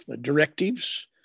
directives